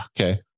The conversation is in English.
Okay